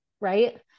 Right